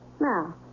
Now